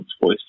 voice